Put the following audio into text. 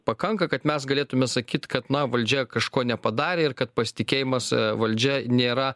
pakanka kad mes galėtume sakyt kad na valdžia kažko nepadarė ir kad pasitikėjimas valdžia nėra